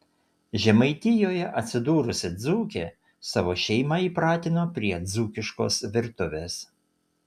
žemaitijoje atsidūrusi dzūkė savo šeimą įpratino prie dzūkiškos virtuvės